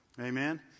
Amen